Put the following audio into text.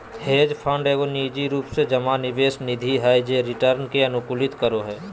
hedge fund एगो निजी रूप से जमा निवेश निधि हय जे रिटर्न के अनुकूलित करो हय